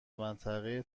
منطقه